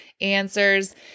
answers